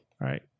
right